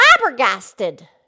flabbergasted